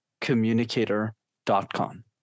communicator.com